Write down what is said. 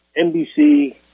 NBC